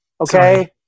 Okay